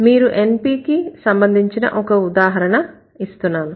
మీకు NP కి సంబంధించిన ఒక ఉదాహరణ ఇస్తున్నాను